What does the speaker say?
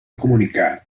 comunicar